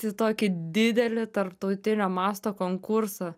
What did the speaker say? į tokį didelį tarptautinio masto konkursą